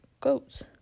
Goats